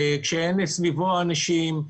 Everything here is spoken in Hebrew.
כשאין מסביבו אנשים,